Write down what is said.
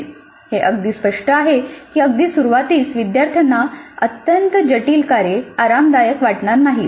हे अगदी स्पष्ट आहे की अगदी सुरूवातीस विद्यार्थ्यांना अत्यंत जटिल कार्ये आरामदायक वाटणार नाहीत